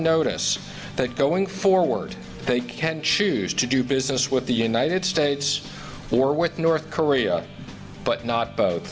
notice that going forward they can choose to do business with the united states or with north korea but not both